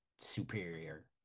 Superior